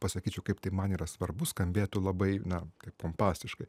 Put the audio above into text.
pasakyčiau kaip tai man yra svarbu skambėtų labai na taip pompastiškai